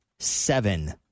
Seven